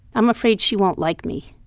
i'm afraid she won't like me.